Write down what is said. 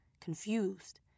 confused